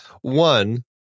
One